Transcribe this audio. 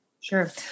Sure